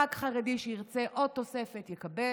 כל ח"כ חרדי שירצה עוד תוספת יקבל,